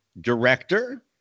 director